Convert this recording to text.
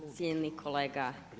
Cijenjeni kolega.